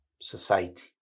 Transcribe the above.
society